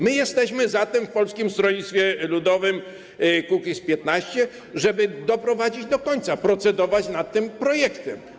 My jesteśmy za tym w Polskim Stronnictwie Ludowym - Kukiz15, żeby to doprowadzić do końca, procedować nad tym projektem.